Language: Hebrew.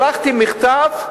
שלחתי מכתב,